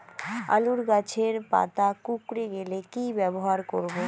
আলুর গাছের পাতা কুকরে গেলে কি ব্যবহার করব?